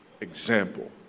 example